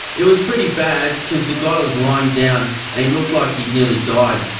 it was pretty bad because the guy was lying down and he looked like he'd nearly died.